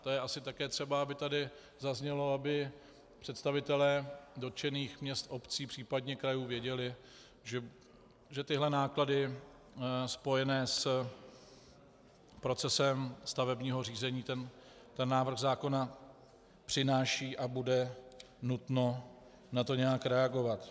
To je asi také třeba, aby tady zaznělo, aby představitelé dotčených měst a obcí, případně krajů věděli, že tyhle náklady spojené s procesem stavebního řízení návrh zákona přináší a bude nutno na to nějak reagovat.